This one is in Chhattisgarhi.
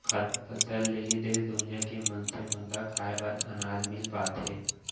खाद्यान फसल ले ही देस दुनिया के मनसे मन ल खाए बर अनाज मिल पाथे